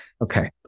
Okay